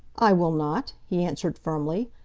i will not, he answered firmly.